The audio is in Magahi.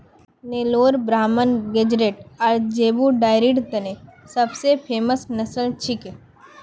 नेलोर ब्राह्मण गेज़रैट आर ज़ेबू डेयरीर तने सब स फेमस नस्ल छिके